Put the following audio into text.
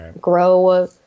grow